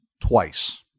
twice